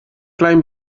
klein